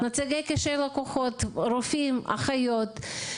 נציגי קשרי לקוחות, רופאים, אחיות.